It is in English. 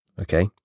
Okay